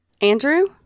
Andrew